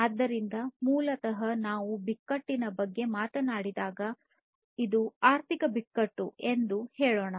ಆದ್ದರಿಂದ ಮೂಲತಃ ನಾವು ಬಿಕ್ಕಟ್ಟಿನ ಬಗ್ಗೆ ಮಾತನಾಡಿದರೆ ಇದು ಆರ್ಥಿಕ ಬಿಕ್ಕಟ್ಟು ಎಂದು ಹೇಳೋಣ